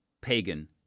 pagan